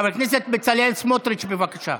חבר הכנסת בצלאל סמוטריץ', בבקשה.